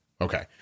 Okay